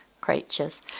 creatures